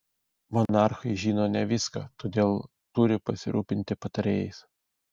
monarchai žino ne viską todėl turi pasirūpinti patarėjais